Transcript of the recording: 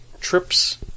trips